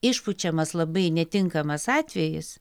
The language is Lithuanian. išpučiamas labai netinkamas atvejis